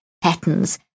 patterns